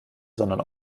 sondern